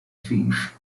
fief